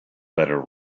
letter